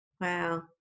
Wow